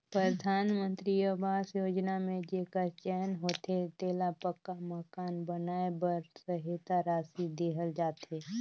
परधानमंतरी अवास योजना में जेकर चयन होथे तेला पक्का मकान बनाए बर सहेता रासि देहल जाथे